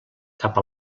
cap